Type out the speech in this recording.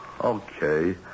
Okay